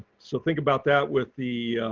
so think about that with the